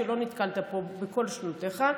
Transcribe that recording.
שלא נתקלת בו בכל שנותיך,